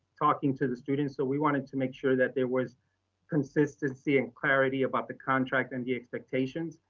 talking to the students. so we wanted to make sure that there was consistency and clarity about the contract and the expectations.